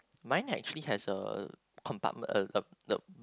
mine actually has a uh compartme~ the